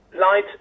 light